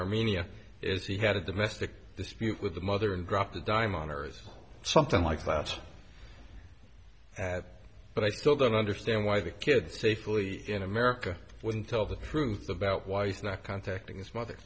armenia is he had a domestic dispute with the mother and dropped the dime on earth something like that that but i still don't understand why the kid safely in america wouldn't tell the truth about why he's not contacting his mother